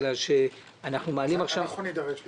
בגלל שאנחנו מעלים עכשיו --- אנחנו נידרש לזה,